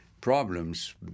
problems